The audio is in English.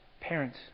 parents